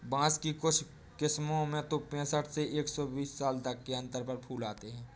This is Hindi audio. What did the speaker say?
बाँस की कुछ किस्मों में तो पैंसठ से एक सौ बीस साल तक के अंतर पर फूल आते हैं